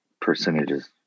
percentages